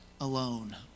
alone